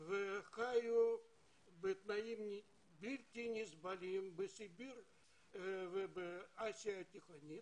והם חיו בתנאים בלתי נסבלים בסיביר ובאסיה התיכונה.